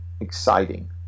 exciting